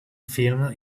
filmed